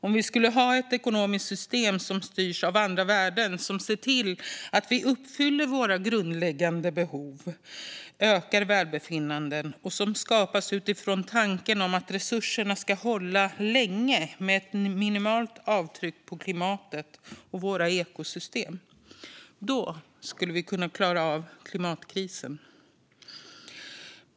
Om vi skulle ha ett ekonomiskt system som styrs av andra värden, som ser till att det uppfyller våra grundläggande behov och ökar välbefinnandet och som skapas utifrån tanken om att resurserna ska hålla länge med ett minimalt avtryck på klimatet och våra ekosystem, då skulle vi kunna klara av klimatkrisen.